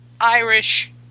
Irish